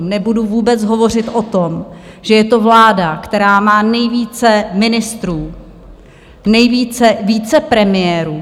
Nebudu vůbec hovořit o tom, že je to vláda, která má nejvíce ministrů, nejvíce vicepremiérů.